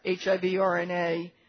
HIV-RNA